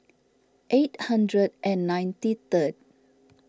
eight hundred and ninety third